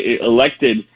elected